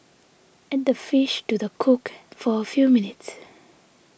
add the fish to the cook for a few minutes